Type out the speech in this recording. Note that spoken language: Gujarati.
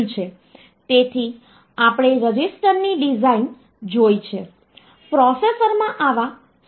તેથી આપણે રજિસ્ટરની ડિઝાઇન જોઈ છે પ્રોસેસરમાં આવા સંખ્યાબંધ રજિસ્ટર હોય છે